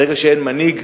ברגע שאין מנהיג,